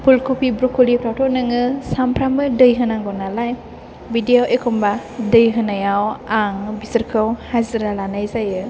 फुल कपि ब्रक'लिफ्रावथ' नोङो सानफ्रामबो दै होनांगौ नालाय बिदियाव एखमबा दै होनायाव आं बिसोरखौ हाजिरा लानाय जायो